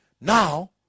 Now